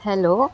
hello